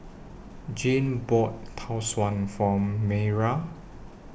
Jeanne bought Tau Suan For Mayra